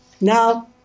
now